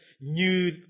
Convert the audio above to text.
new